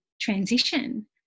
transition